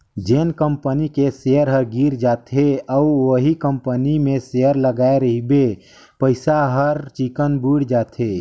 जेन कंपनी के सेयर ह गिर जाथे अउ उहीं कंपनी मे सेयर लगाय रहिबे पइसा हर चिक्कन बुइड़ जाथे